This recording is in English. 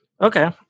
Okay